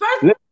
First